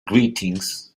greetings